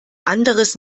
anderes